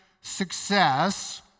success